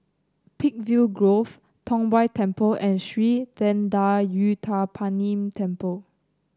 Peakville Grove Tong Whye Temple and Sri Thendayuthapani Temple